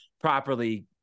properly